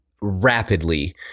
rapidly